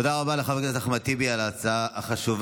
תודה רבה לחבר הכנסת אחמד טיבי על ההצעה החשובה.